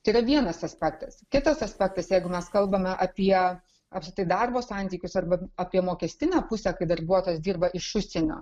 tai yra vienas aspektas kitas aspektas jeigu mes kalbame apie apskritai darbo santykius arba apie mokestinę pusę kai darbuotojas dirba iš užsienio